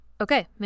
Okay